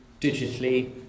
digitally